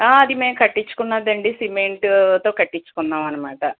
ఆ అది మేము కట్టించుకున్నదండి సిమెంట్తో కట్టించుకున్నది అన్నమాట